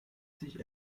sich